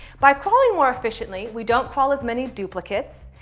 by crawling more efficiently, we don't crawl as many duplicates.